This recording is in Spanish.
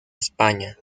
españa